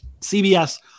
CBS